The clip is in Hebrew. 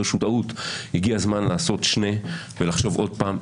שהוא טעות הגיע הזמן לעשות שנה ולחשוב עוד פעם.